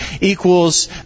equals